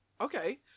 Okay